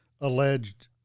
alleged